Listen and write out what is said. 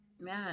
man